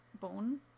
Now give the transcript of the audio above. bone